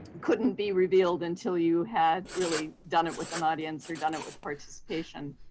and couldn't be revealed until you had really done it with an audience or done it with participation.